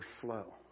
flow